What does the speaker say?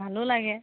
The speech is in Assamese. ভালো লাগে